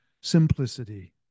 simplicity